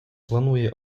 планує